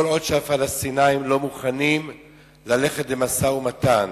כל עוד הפלסטינים לא מוכנים ללכת למשא-ומתן.